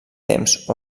temps